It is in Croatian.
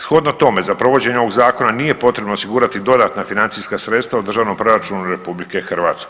Shodno tome za provođenje ovog zakona nije potrebno osigurati dodatna financijska sredstva u državnom proračunu RH.